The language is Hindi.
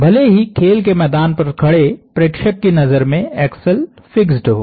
भले ही खेल के मैदान पर खड़े प्रेक्षक की नजर में एक्सल फिक्स्ड हो